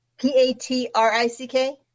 P-A-T-R-I-C-K